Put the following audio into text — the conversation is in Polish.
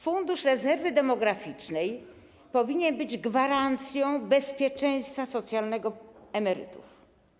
Fundusz Rezerwy Demograficznej powinien być gwarancją bezpieczeństwa socjalnego emerytów.